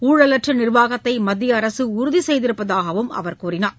ஊழலற்ற நிர்வாகத்தை மத்திய அரசு உறுதி செய்திருப்பதாகவும் அவர் கூறினார்